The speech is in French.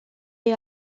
est